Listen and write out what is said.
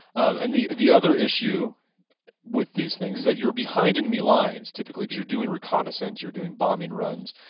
and the the other issue with these things is that you're behind enemy lines typically because you're doing reconnaissance, you're doing bombing runs,